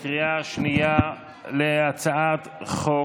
אנחנו עוברים להצבעה בקריאה שנייה על הצעת החוק.